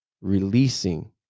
releasing